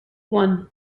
one